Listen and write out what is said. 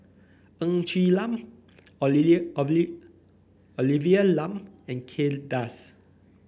Ng Quee Lam Olivia Lum and Kay Das